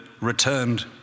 returned